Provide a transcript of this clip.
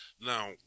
now